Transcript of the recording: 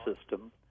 system